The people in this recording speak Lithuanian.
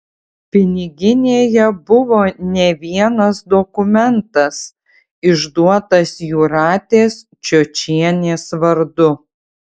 piniginėje buvo ne vienas dokumentas išduotas jūratės čiočienės vardu